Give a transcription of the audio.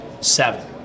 seven